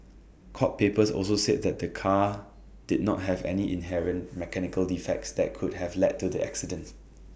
court papers also said that the car did not have any inherent mechanical defects that could have led to the accident